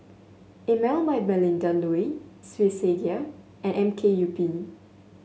Emel by Melinda Looi Swissgear and M K U P